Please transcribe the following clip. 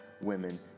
women